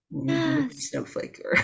Snowflake